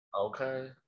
Okay